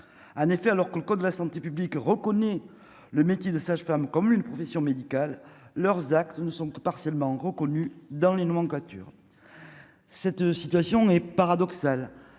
en effet alors que le code de la santé publique reconnaît le métier de sage-femme comme une profession médicale leurs actes ne sont que partiellement reconnu dans les nomenclatures, cette situation est paradoxale